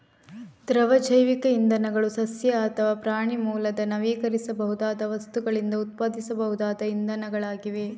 ದ್ರವ ಜೈವಿಕ ಇಂಧನಗಳು ಸಸ್ಯ ಅಥವಾ ಪ್ರಾಣಿ ಮೂಲದ ನವೀಕರಿಸಬಹುದಾದ ವಸ್ತುಗಳಿಂದ ಉತ್ಪಾದಿಸಬಹುದಾದ ಇಂಧನಗಳಾಗಿವೆ